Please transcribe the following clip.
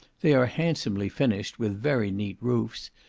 they are handsomely finished, with very neat roofs,